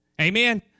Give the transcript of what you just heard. Amen